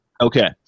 Okay